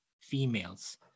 females